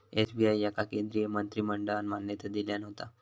SBI याका केंद्रीय मंत्रिमंडळान मान्यता दिल्यान होता